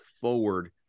forward